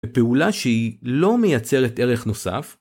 פעולה שהיא לא מייצרת ערך נוסף